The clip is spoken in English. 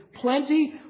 plenty